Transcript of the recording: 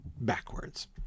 backwards